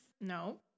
No